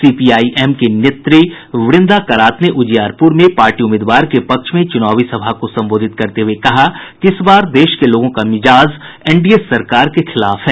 CPI M की नेत्री वृंदा करात ने उजियारपूर में पार्टी उम्मीदवार के पक्ष में चुनावी सभा को संबोधित करते हुये कहा कि इस बार देश के लोगों का मिजाज एनडीए सरकार के खिलाफ है